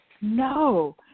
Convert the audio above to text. no